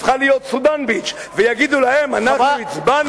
הפכה להיות סודן-ביץ' ויגידו להם: אנחנו הצבענו,